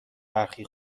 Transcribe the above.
برخی